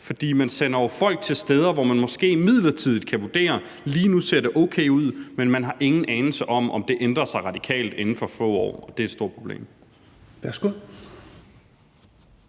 for man sender jo folk til steder, hvor man måske midlertidigt kan vurdere at lige nu ser det okay ud, men ikke har nogen anelse om, om det ændrer sig radikalt inden for få år. Og det er et stort problem.